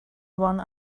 one